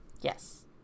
Yes